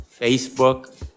Facebook